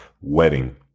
wedding